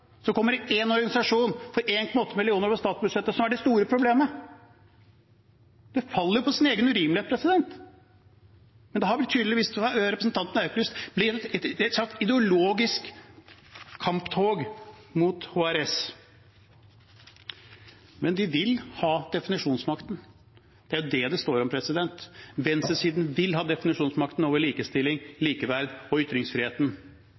organisasjon, for 1,8 mill. kr over statsbudsjettet, som er det store problemet. Det faller jo på sin egen urimelighet. Men det har tydeligvis for representanten Aukrust blitt et slags ideologisk kamptog mot HRS. Men de vil ha definisjonsmakten, det er jo det det står om. Venstresiden vil ha definisjonsmakten over likestilling, likeverd og ytringsfriheten.